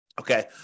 okay